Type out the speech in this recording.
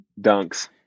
dunks